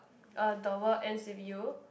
uh the World Ends with You